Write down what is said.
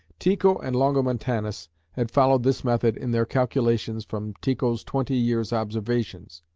tycho and longomontanus had followed this method in their calculations from tycho's twenty years' observations.